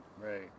right